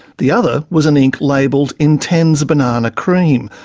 the other was an ink labelled intenze banana cream,